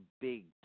big